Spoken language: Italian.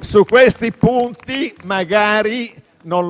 Su questi punti magari non